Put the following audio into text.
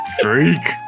Freak